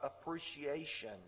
appreciation